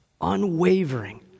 Unwavering